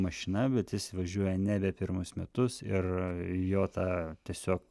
mašina bet jis važiuoja nebe pirmus metus ir jo tą tiesiog